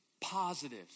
positive